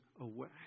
away